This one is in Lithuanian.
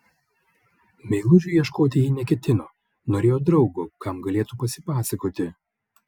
meilužio ieškoti ji neketino norėjo draugo kam galėtų pasipasakoti